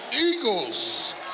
eagles